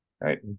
Right